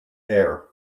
air